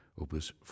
opus